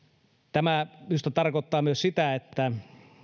tämä minusta tarkoittaa myös sitä että